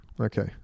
Okay